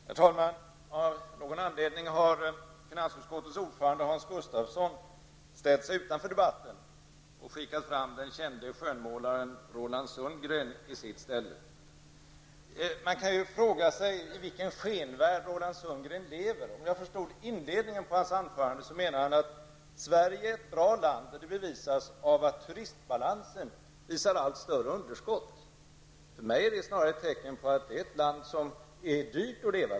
Herr talman! Av någon anledning har finansutskottets ordförande Hans Gustafsson ställt sig utanför debatten och skickat fram den kände skönmålaren Roland Sundgren i sitt ställe. Man kan fråga sig i vilken skenvärld Roland Sundgren lever. Om jag rätt förstod vad han sade i inledningen av sitt anförande så menar han att Sverige är ett bra land och att det bevisas av att turistbalansen uppvisar allt större underskott. För mig är det snarare ett tecken på att det är ett land som det är dyrt att leva i.